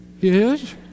yes